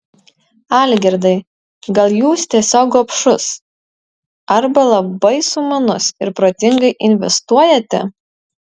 algirdai gal jūs tiesiog gobšus arba labai sumanus ir protingai investuojate